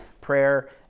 prayer